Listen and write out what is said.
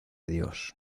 dios